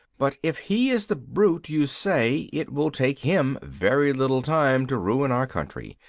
but if he is the brute you say, it will take him very little time to ruin our country.